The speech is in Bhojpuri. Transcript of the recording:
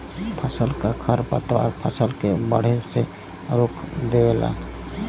फसल क खरपतवार फसल के बढ़े से रोक देवेला